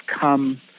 come